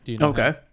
Okay